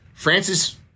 Francis